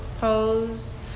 pose